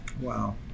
Wow